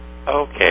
Okay